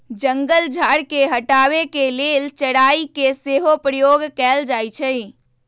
जंगल झार के हटाबे के लेल चराई के सेहो प्रयोग कएल जाइ छइ